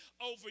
over